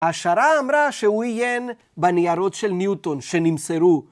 השערה אמרה שהוא עיין בניירות של ניוטון שנמסרו.